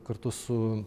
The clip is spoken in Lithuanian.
kartu su